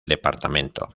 departamento